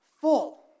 full